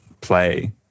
play